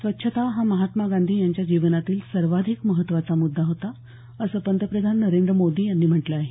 स्वच्छता हा महात्मा गांधी यांच्या जीवनातील सर्वाधिक महत्त्वाचा मुद्दा होता असं पंतप्रधान नरेंद्र मोदी यांनी म्हटलं आहे